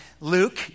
Luke